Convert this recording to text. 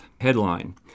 Headline